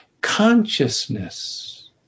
consciousness